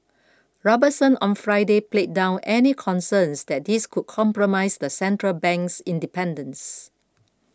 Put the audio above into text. Robertson on Friday played down any concerns that this could compromise the central bank's independence